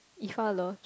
Ifah loves